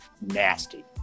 nasty